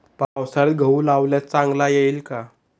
पावसाळ्यात गहू लावल्यास चांगला येईल का?